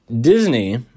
Disney